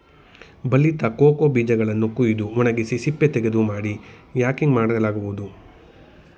ಬಲಿತ ಕೋಕೋ ಬೀಜಗಳನ್ನು ಕುಯ್ದು ಒಣಗಿಸಿ ಸಿಪ್ಪೆತೆಗೆದು ಮಾಡಿ ಯಾಕಿಂಗ್ ಮಾಡಲಾಗುವುದು